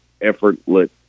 Effortless